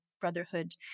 brotherhood